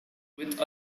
with